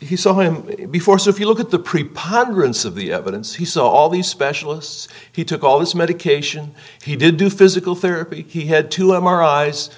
he saw him before so if you look at the preponderance of the evidence he saw all these specialists he took all this medication he did do physical therapy he had two m r i s